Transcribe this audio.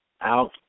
out